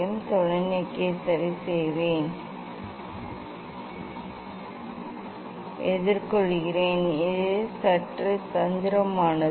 நான் தொலைநோக்கியை சரிசெய்வேன் நான் நினைக்கிறேன் நான் இதை சற்று எதிர்கொள்கிறேன் இது சற்று தந்திரமானது